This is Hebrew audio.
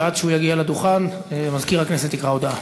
ועד שהוא יגיע לדוכן מזכיר הכנסת יקרא הודעה.